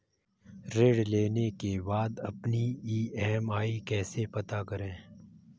ऋण लेने के बाद अपनी ई.एम.आई कैसे पता करें?